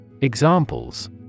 Examples